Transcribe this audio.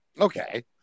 Okay